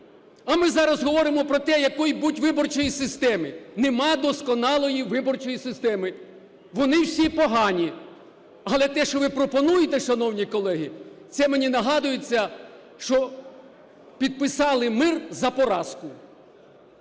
А ми зараз говоримо про те, якою бути виборчій системі. Нема досконалої виборчої системи. Вони всі погані. Але те що ви пропонуєте, шановні колеги, це мені нагадується, що підписали мир за поразку.